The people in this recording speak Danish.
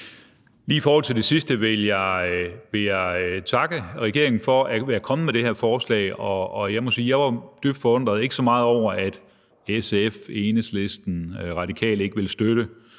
(DF): I forhold til det sidste vil jeg takke regeringen for at være kommet med det her forslag. Jeg må sige, at jeg var dybt forundret, ikke så meget over at SF, Enhedslisten, Radikale ikke ville støtte